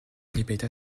répéta